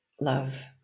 love